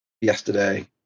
yesterday